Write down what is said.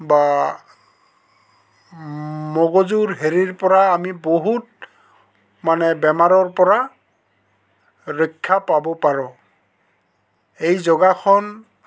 বা মগজুৰ হেৰিৰ পৰা আমি বহুত মানে বেমাৰৰ পৰা ৰক্ষা পাব পাৰোঁ এই যোগাসন